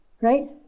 right